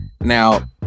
Now